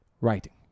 Writing